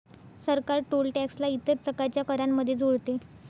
सरकार toll tax ला इतर प्रकारच्या करांमध्ये जोडते